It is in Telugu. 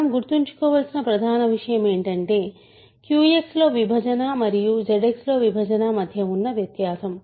మనం గుర్తుంచుకోవలసిన ప్రధాన విషయం ఏంటంటే QX లో విభజన మరియు Z X లో విభజన మధ్య ఉన్న వ్యత్యాసం